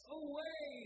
away